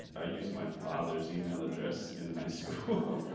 i used my father's email address in high school,